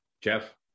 Jeff